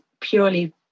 purely